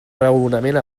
raonament